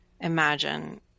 imagine